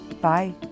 Bye